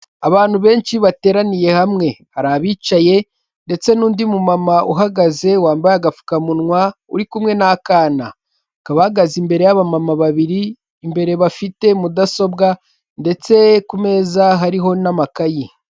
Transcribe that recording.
Abantu benshi bateraniye hamwe hari abicaye ndetse n'undi mu mama uhagaze wambaye agapfukamunwa uri kumwe n'akana, akaba ahagaze imbere yaba mama babiri imbere bafite mudasobwa ndetse ku meza hariho n'amakayi.